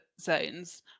zones